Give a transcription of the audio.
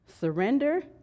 Surrender